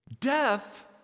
Death